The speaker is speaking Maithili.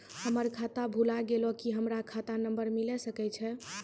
हमर खाता भुला गेलै, की हमर खाता नंबर मिले सकय छै?